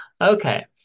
Okay